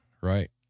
right